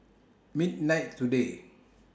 midnight today